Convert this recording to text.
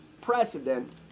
precedent